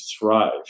thrive